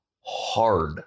hard –